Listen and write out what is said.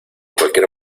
cualquier